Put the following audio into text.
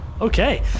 okay